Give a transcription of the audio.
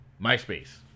MySpace